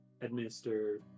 administer